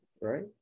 right